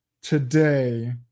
today